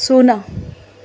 ଶୂନ